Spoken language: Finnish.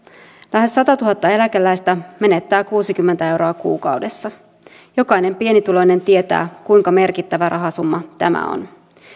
lähes satatuhatta eläkeläistä menettää kuusikymmentä euroa kuukaudessa jokainen pienituloinen tietää kuinka merkittävä rahasumma tämä on